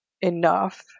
enough